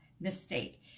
mistake